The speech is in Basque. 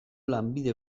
lanbide